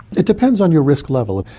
it depends on your risk level.